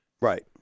Right